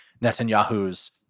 Netanyahu's